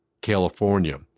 California